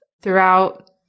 throughout